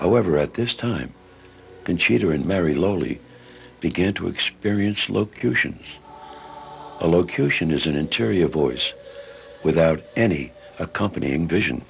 however at this time and cheater and merry lowly began to experience location a location is an interior voice without any accompanying vision